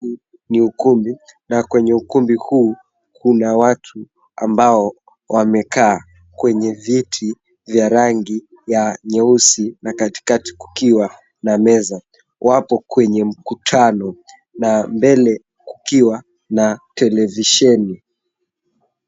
Ni ukumbi na kwenye ukumbi huu kuna watu ambao wamekaa kwenye viti vya rangi ya nyeusi na katikati kukiwa na meza. Wapo kwenye mkutano na mbele kukiwa na televisheni.